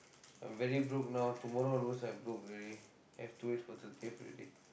I'm very broke now tomorrow onwards I broke already have to wait for thirtieth already